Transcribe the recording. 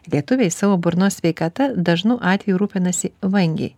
lietuviai savo burnos sveikata dažnu atveju rūpinasi vangiai